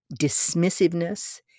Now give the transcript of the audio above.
dismissiveness